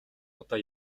удаа